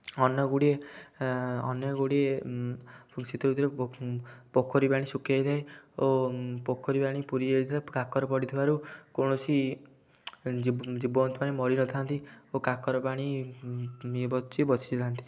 ଅନ୍ୟ ଗୁଡ଼ିଏ ଅନ୍ୟ ଗୁଡ଼ିଏ ପୁଣି ଶୀତ ଋତୁରେ ପୋଖରୀ ପାଣି ଶୁଖି ଯାଇଥାଏ ଓ ପୋଖରୀ ପାଣି ପୁରି ଯାଇଥାଏ କାକର ପଡ଼ି ଥିବାରୁ କୌଣସି ଜୀବ ଜୀବଜନ୍ତୁ ମାନେ ମରି ନଥାନ୍ତି ଓ କାକର ପାଣି ବଚି ବସିଥାନ୍ତି